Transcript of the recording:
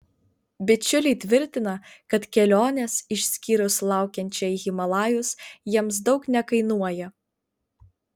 bičiuliai tvirtina kad kelionės išskyrus laukiančią į himalajus jiems daug nekainuoja